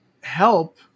help